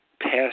past